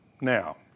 Now